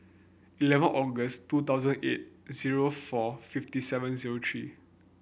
eleven August two thousand eight zero four fifty seven zero three